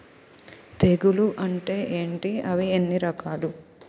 తెగులు అంటే ఏంటి అవి ఎన్ని రకాలు?